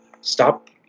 stop